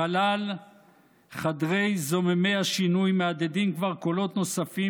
בחלל חדרי זוממי השינוי מהדהדים כבר קולות נוספים